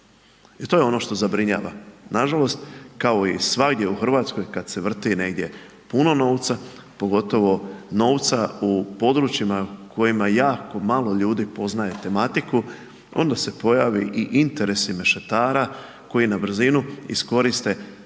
I to je ono što zabrinjava, nažalost, kao i svagdje u Hrvatskoj kada se vrti negdje puno novca, pogotovo novca u područjima u kojima jako malo ljudi poznaje tematiku, onda se pojave i interesi mešetara koji na brzinu iskoriste